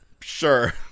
Sure